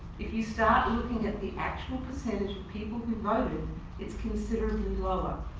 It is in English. if you start looking at the actual percentage of people who voted it's considerably lower.